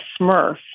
Smurf